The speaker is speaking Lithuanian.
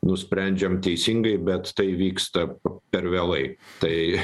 nusprendžiam teisingai bet tai vyksta per vėlai tai